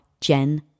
jen